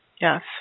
yes